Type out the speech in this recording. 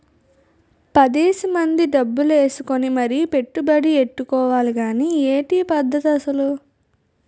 పదేసి మంది డబ్బులు ఏసుకుని మరీ పెట్టుబడి ఎట్టుకోవాలి గానీ ఏటి ఈ పద్దతి అసలు?